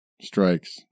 strikes